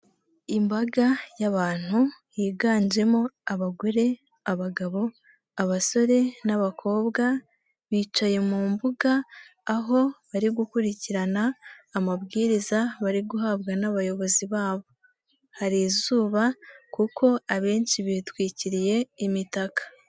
Imbaga y'abantu higanjemo abagore, abagabo, abasore n'abakobwa, bicaye mu mbuga aho bari gukurikirana amabwiriza bari guhabwa n'abayobozi babo. Hari izuba kuko abenshi bitwikiriye imitaka.